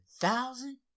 thousand